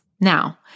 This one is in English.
Now